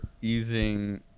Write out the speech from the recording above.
using